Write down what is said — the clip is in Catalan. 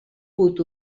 put